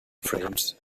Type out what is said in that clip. frames